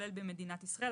כולל במדינת ישראל.